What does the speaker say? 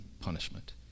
punishment